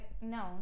no